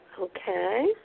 Okay